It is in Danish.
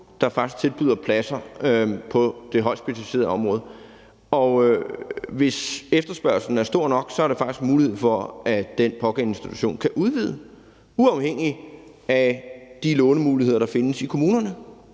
der tilbyder pladser på det højt specialiserede område. Hvis efterspørgslen er stor nok, er der faktisk mulighed for, at den pågældende institution kan udvide uafhængigt af de lånemuligheder, der findes i kommunerne.